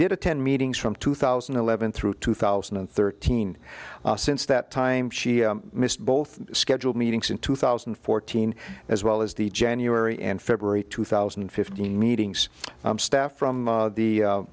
did attend meetings from two thousand and eleven through two thousand and thirteen since that time she missed both scheduled meetings in two thousand and fourteen as well as the january and february two thousand and fifteen meetings staff from the a